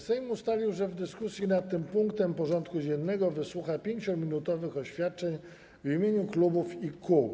Sejm ustalił, że w dyskusji nad tym punktem porządku dziennego wysłucha 5-minutowych oświadczeń w imieniu klubów i kół.